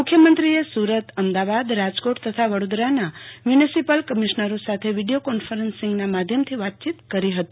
મુખ્યમંત્રોએ સુરત અમદાવાદ રાજકોટ તથા વડોદરાના મ્યુનિસિપલ કમિશનરો સાથે વિડીયો કોન્ફરન્સીંગ માધ્યમથો વાતચીત કરી હતી